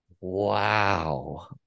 Wow